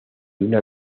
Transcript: una